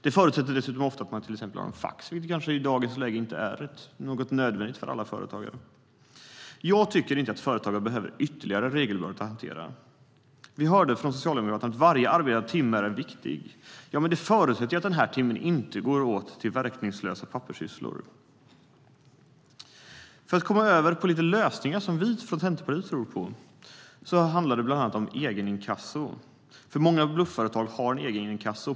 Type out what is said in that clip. Det förutsätter dessutom ofta att man till exempel har en fax, vilket kanske i dagens läge inte är nödvändigt för alla företagare. Jag tycker inte att företagare behöver ytterligare regelbördor att hantera. Vi hörde från Socialdemokraterna att varje arbetad timme är viktig. Men det förutsätter att den här timmen inte går åt till verkningslösa papperssysslor. Jag ska nu komma över på lite lösningar som vi från Centerpartiet tror på. Det handlar bland annat om egeninkasso. Många blufföretag har egeninkasso.